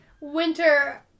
Winter